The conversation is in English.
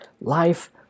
Life